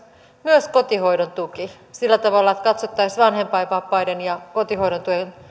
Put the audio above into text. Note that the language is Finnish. myös kotihoidon tuki sillä tavalla että katsottaisiin vanhempainvapaiden ja kotihoidon tuen